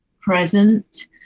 present